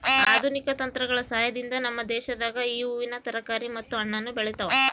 ಆಧುನಿಕ ತಂತ್ರಗಳ ಸಹಾಯದಿಂದ ನಮ್ಮ ದೇಶದಾಗ ಈ ಹೂವಿನ ತರಕಾರಿ ಮತ್ತು ಹಣ್ಣನ್ನು ಬೆಳೆತವ